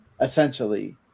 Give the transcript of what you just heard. essentially